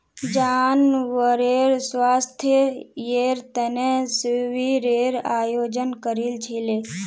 जानवरेर स्वास्थ्येर तने शिविरेर आयोजन करील छिले